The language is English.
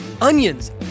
onions